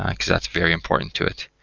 because that's very important to it.